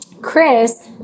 Chris